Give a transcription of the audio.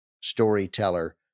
storyteller